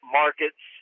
markets